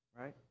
right